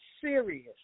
serious